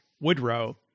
Woodrow